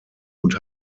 und